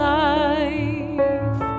life